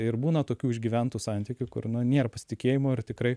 ir būna tokių išgyventų santykių kur nu nėra pasitikėjimo ir tikrai